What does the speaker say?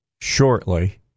shortly